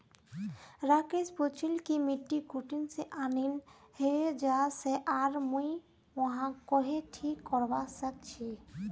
राकेश पूछिल् कि मिट्टी कुठिन से आनिल हैये जा से आर मुई वहाक् कँहे ठीक करवा सक छि